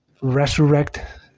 resurrect